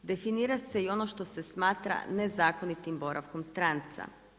Definira se i ono što se smatra nezakonitim boravkom stranca.